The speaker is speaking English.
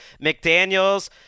McDaniels